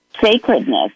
sacredness